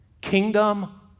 kingdom